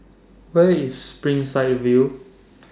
Where IS Springside View